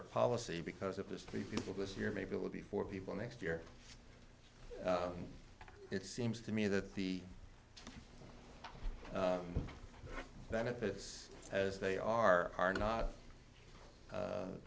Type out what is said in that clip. of policy because if there's three people this year maybe it will be four people next year it seems to me that the benefits as they are are not